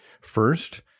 First